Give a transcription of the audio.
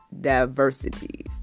diversities